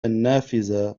النافذة